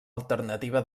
alternativa